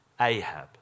Ahab